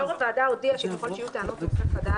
יו"ר הוועדה הודיע שככל שיהיו טענות נושא חדש,